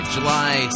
July